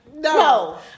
No